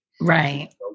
Right